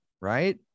Right